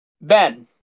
Ben